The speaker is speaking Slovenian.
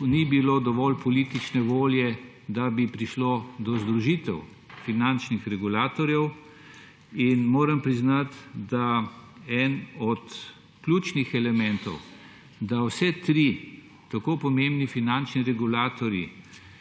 ni bilo dovolj politične volje, da bi prišlo do združitev finančnih regulatorjev. Moram priznati, da eden od ključnih elementov, da ni prišlo do te združitve